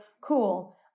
cool